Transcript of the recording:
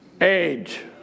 age